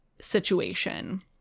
situation